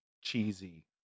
cheesy